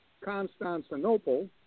Constantinople